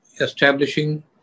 establishing